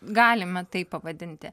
galime taip pavadinti